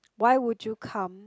why would you come